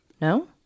No